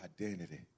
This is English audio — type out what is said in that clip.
identity